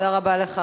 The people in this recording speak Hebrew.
תודה רבה לך,